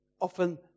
often